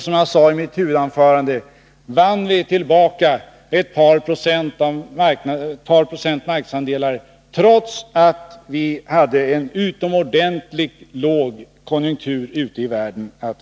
Som jag sade i mitt huvudanförande vann vi tillbaka ett par procent av våra marknadsandelar, trots att vi hade att möta en utomordentligt låg konjunktur ute i världen.